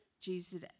Jesus